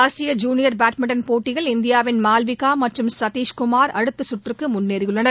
ஆசிய junior badminton போட்டியில் இந்தியாவின் மால்விக்கா மற்றும் சத்தீஷ்குமார் அடுத்த சுற்றுக்கு முன்னேறியுள்ளனர்